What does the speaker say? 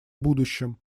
будущем